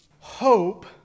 Hope